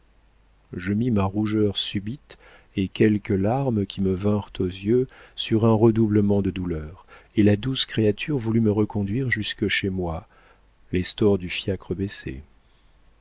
je mis ma rougeur subite et quelques larmes qui me vinrent aux yeux sur un redoublement de douleur et la douce créature voulut me reconduire jusque chez moi les stores du fiacre baissés